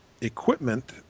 equipment